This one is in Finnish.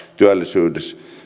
työllisyyden